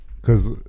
Because-